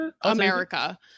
America